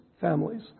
families